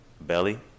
Belly